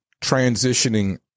transitioning